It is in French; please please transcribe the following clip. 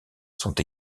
sont